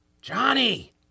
Johnny